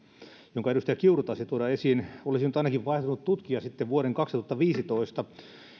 jonka edustaja kiuru taisi tuoda esiin olisi nyt ainakin vaihtunut tutkija sitten vuoden kaksituhattaviisitoista